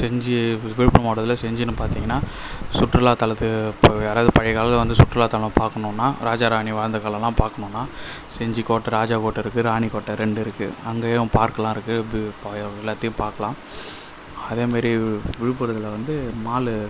செஞ்சி விழுப்புரம் மாவட்டத்தில் செஞ்சின்னு பார்த்தீங்கன்னா சுற்றுலாத்தலத்து இப்போ யாராவது பழைய காலத்தில் வந்து சுற்றுலாத்தலம் பார்க்கணுன்னா ராஜா ராணி வாழ்ந்த காலம்லாம் பார்க்கணுன்னா செஞ்சி கோட்டை ராஜா கோட்டை இருக்கு ராணி கோட்டை ரெண்டு இருக்கு அங்கேயும் பார்க்குலாம் இருக்கு எல்லாத்தையும் பார்க்கலாம் அதே மேரி விழுப்புரத்தில் வந்து மாலு